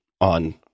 on